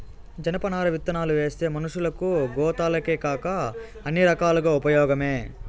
జనపనార విత్తనాలువేస్తే మనషులకు, గోతాలకేకాక అన్ని రకాలుగా ఉపయోగమే